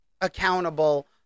accountable